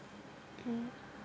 mm